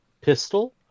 Pistol